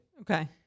Okay